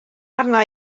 arna